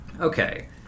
Okay